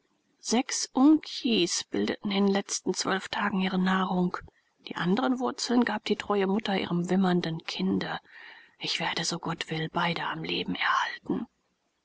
sechs unkjis bildeten in den letzten zwölf tagen ihre nahrung die andren wurzeln gab die treue mutter ihrem wimmernden kinde ich werde so gott will beide am leben erhalten